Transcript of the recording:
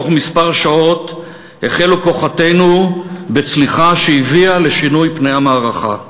בתוך כמה שעות החלו כוחותינו בצליחה שהביאה לשינוי פני המערכה.